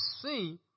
see